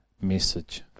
message